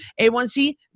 A1C